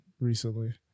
recently